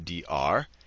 dr